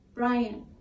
Brian